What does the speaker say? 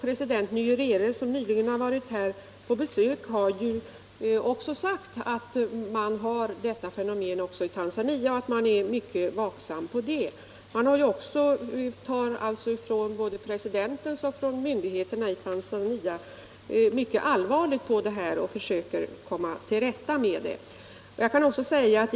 President Nyerere, som nyligen har varit här på besök, har sagt att detta fenomen finns också i Tanzania och att man är mycket vaksam på den punkten. Både presidenten och myndigheterna i Tanzania tar mycket allvarligt på detta problem och försöker komma till rätta med det.